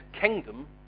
kingdom